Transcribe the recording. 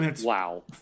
Wow